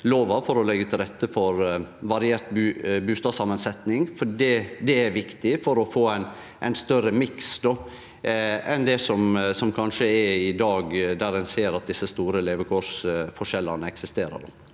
for å leggje til rette for variert bustadsamansetjing. Det er viktig for å få ein større miks enn det som kanskje er i dag, der ein ser at desse store levekårsforskjellane eksisterer.